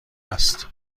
است